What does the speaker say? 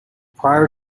prior